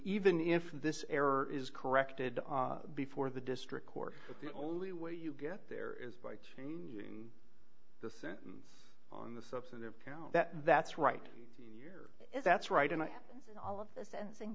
even if this error is corrected before the district court the only way you get there is by changing the sentence on the substantive count that that's right if that's right and i think